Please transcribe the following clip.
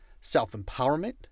self-empowerment